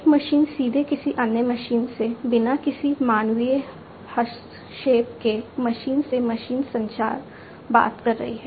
एक मशीन सीधे किसी अन्य मशीन से बिना किसी मानवीय हस्तक्षेप के मशीन से मशीन संचार बात कर रही है